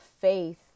faith